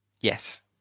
Yes